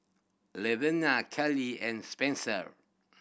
Levina Keely and Spenser